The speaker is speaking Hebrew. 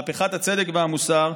מהפכת הצדק והמוסר.